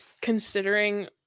considering